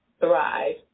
Thrive